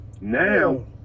now